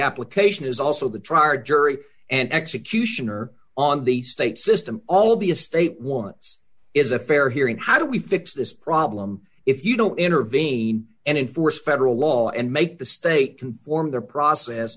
application is also the trier jury and executioner on the state system all the a state wants is a fair hearing how do we fix this problem if you don't intervene and enforce federal law and make the state conform their process